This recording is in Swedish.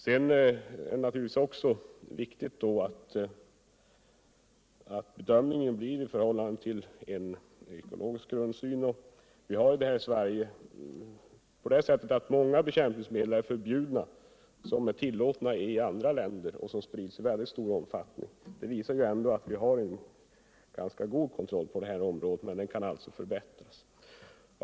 Sedan är det naturligtvis också viktigt att bedömningen görs i förhållande till en ekologisk grundsyn. I Sverige är många bekämpningsmedel förbjudna som är tillåtna i andra länder och som sprids i väldigt stor omfattning. Det visar att vi ändå har en ganska god kontroll på det här området, men den kan alltså förbättras.